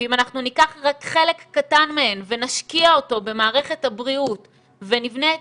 ואם אנחנו ניקח רק חלק קטן מהן ונשקיע אותו במערכת הבריאות ונבנה את